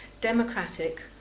democratic